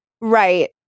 Right